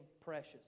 precious